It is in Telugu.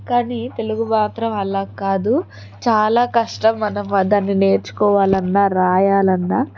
కానీ తెలుగు మాత్రం అలా కాదు చాలా కష్టం మనం దాన్ని నేర్చుకోవాలన్నా రాయాలన్నా